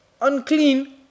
unclean